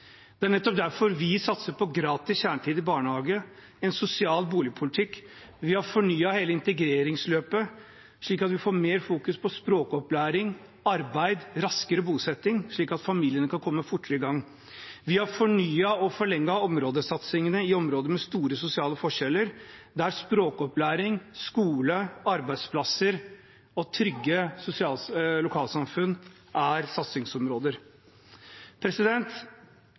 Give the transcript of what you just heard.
Det er nettopp derfor vi satser på gratis kjernetid i barnehagen og en sosial boligpolitikk. Vi har fornyet hele integreringsløpet slik at vi får mer fokus på språkopplæring, arbeid og raskere bosetting, slik at familiene kan komme fortere i gang. Vi har fornyet og forlenget områdesatsingene i områder med store sosiale forskjeller, der språkopplæring, skole, arbeidsplasser og trygge lokalsamfunn er satsingsområder.